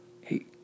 Hey